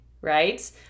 right